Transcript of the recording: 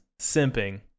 simping